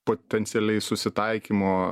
potencialiai susitaikymo